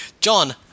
John